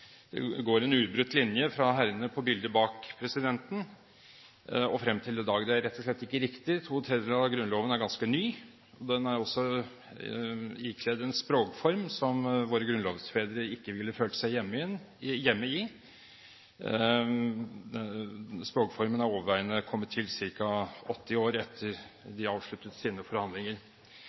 det går en ubrutt linje fra herrene på bildet bak presidenten og frem til i dag. Det er rett og slett ikke riktig. To tredjedeler av Grunnloven er ganske ny, og den er også ikledd en språkform som våre grunnlovsfedre ikke ville følt seg hjemme i. Språkformen er i overveiende grad kommet til ca. 80 år etter at de avsluttet sine forhandlinger.